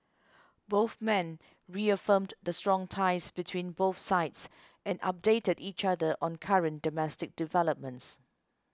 both men reaffirmed the strong ties between both sides and updated each other on current domestic developments